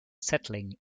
settling